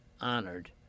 honored